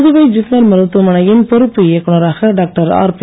புதுவை ஜிப்மர் மருத்துவமனையின் பொறுப்பு இயக்குநராக டாக்டர் ஆர்பி